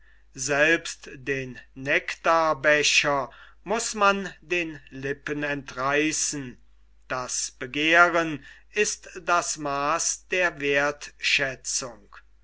selbst den nektarbecher muß man den lippen entreißen das begehren ist das maaß der wertschätzung